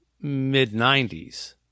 mid-90s